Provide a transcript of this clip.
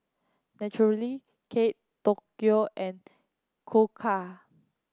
Naturel Kate Tokyo and Koka